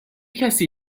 کسی